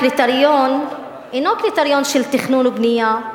הקריטריון אינו קריטריון של תכנון ובנייה,